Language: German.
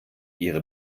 ihre